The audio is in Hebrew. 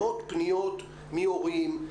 מאות פניות מהורים,